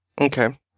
Okay